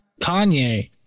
Kanye